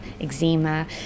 eczema